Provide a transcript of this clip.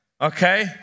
Okay